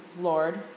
Lord